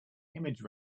image